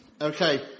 Okay